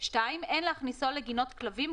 (2)אין להכניסו לגינות כלבים,